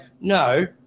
no